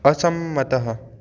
असम्मतः